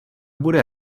bude